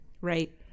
Right